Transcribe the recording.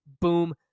boom